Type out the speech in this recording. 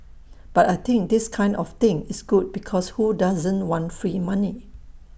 but I think this kind of thing is good because who doesn't want free money